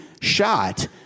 shot